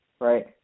right